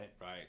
Right